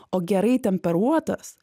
o gerai temperuotas